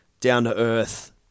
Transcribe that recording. down-to-earth